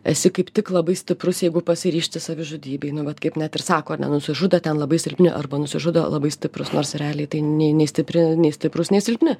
esi kaip tik labai stiprus jeigu pasiryžti savižudybei nu vat kaip net ir sako ar ne nusižudo ten labai silpni arba nusižudo labai stiprūs nors realiai tai nei nei stipri nei stiprus nei silpni